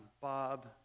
Bob